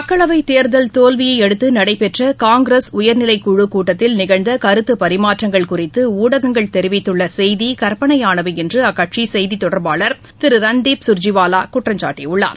மக்களவைத் தேர்தல் தோல்வியை அடுத்து நடைபெற்ற காங்கிரஸ் உயர்நிலைக் குழுக் கூட்டத்தில் நிகழ்ந்த கருத்து பரிமாற்றங்கள் குறித்து ஊடகங்கள் தெரிவித்தள்ள செய்தி கற்பனையானவை என்று அக்கட்சியின் செய்தி தொடர்பாளர் திரு ரன்தீப் காஜிவாலா குற்றம்சாட்டியுள்ளார்